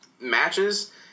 matches